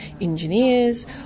engineers